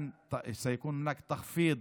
הנחה,